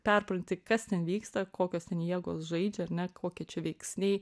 perpranti kas ten vyksta kokios ten jėgos žaidžia ar ne kokie čia veiksniai